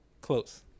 Close